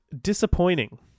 Disappointing